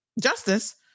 justice